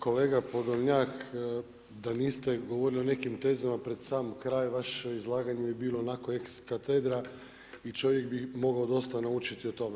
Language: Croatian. Kolega Podolnjak, da niste govorili o nekim tezama pred sam kraj, vaše izlaganje bi bilo onako ex katedra i čovjek bi mogao dosta naučiti o tome.